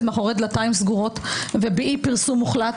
מאחורי דלתיים סגורות ובאי פרסום מוחלט,